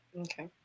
Okay